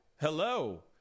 Hello